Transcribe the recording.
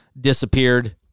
disappeared